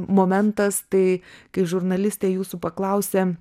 momentas tai kai žurnalistė jūsų paklausė